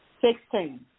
Sixteen